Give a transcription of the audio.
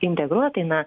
integruotai na